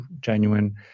genuine